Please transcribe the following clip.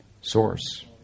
source